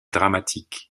dramatique